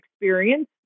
experience